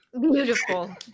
beautiful